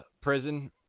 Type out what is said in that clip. prison